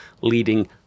leading